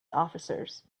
officers